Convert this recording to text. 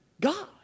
God